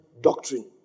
doctrine